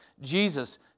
Jesus